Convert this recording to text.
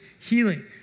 healing